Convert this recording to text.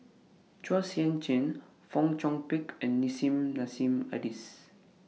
Chua Sian Chin Fong Chong Pik and Nissim Nassim Adis